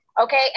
okay